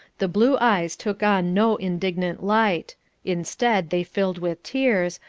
the blue eyes took on no indignant light instead, they filled with tears,